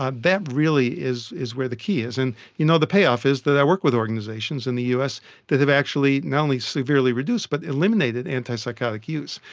ah that really is is where the key is. and you know the payoff is i work with organisations in the us that have actually not only severely reduced but eliminated antipsychotic use.